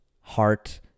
heart